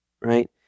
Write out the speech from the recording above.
right